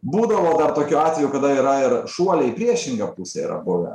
būdavo dar tokių atvejų kada yra ir šuoliai į priešingą pusę yra buvę